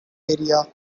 area